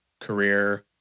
career